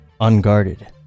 unguarded